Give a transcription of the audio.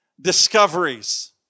discoveries